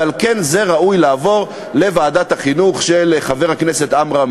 ועל כן זה ראוי לעבור לוועדת החינוך של חבר הכנסת עמרם